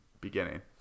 beginning